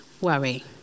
worry